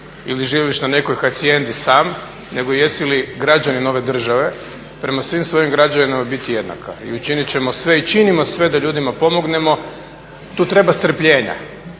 ili živiš na nekoj hacijendi sam nego jesi li građanin ove države, prema svim svojim građanima biti jednaka. I učiniti ćemo sve i činimo sve da ljudima pomognemo. Tu treba strpljenja,